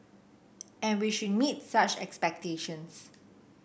and we should meets such expectations